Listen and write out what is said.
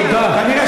תודה, אדוני.